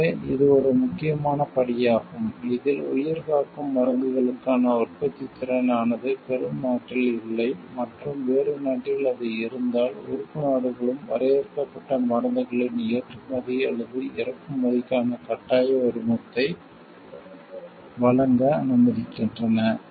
எனவே இது ஒரு முக்கியமான படியாகும் இதில் உயிர்காக்கும் மருந்துகளுக்கான உற்பத்தி திறன் ஆனது பெறும் நாட்டில் இல்லை மற்றும் வேறு நாட்டில் அது இருந்தால் உறுப்பு நாடுகளும் வரையறுக்கப்பட்ட மருந்துகளின் ஏற்றுமதி அல்லது இறக்குமதிக்கான கட்டாய உரிமத்தை வழங்க அனுமதிக்கப்படுகின்றன